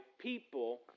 people